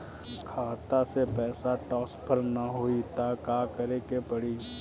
खाता से पैसा टॉसफर ना होई त का करे के पड़ी?